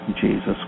Jesus